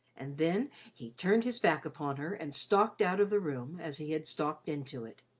and then he turned his back upon her and stalked out of the room as he had stalked into it.